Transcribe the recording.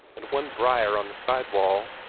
and one brier on the side wall.